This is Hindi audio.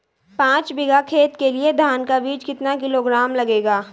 पाँच बीघा खेत के लिये धान का बीज कितना किलोग्राम लगेगा?